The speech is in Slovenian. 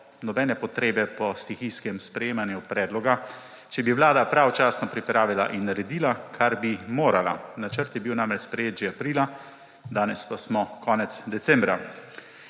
nobene potrebe po stihijskem sprejemanju predloga, če bi Vlada pravočasno pripravila in naredila, kar bi morala; načrt je bil namreč sprejet že aprila, danes pa smo konec decembra.